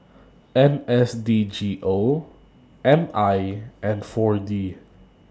N S D G O M I and four D